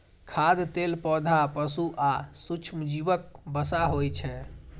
खाद्य तेल पौधा, पशु आ सूक्ष्मजीवक वसा होइ छै